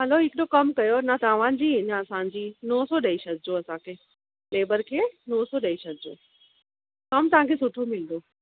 हलो हिकिड़ो कमु कयो न तव्हांजी न असांजी नव सौ ॾेई छॾिजो असांखे लेबर खे नव सौ ॾेई छॾिजो कमु तव्हांखे सुठो मिलंदो